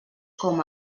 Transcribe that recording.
com